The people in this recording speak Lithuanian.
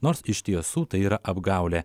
nors iš tiesų tai yra apgaulė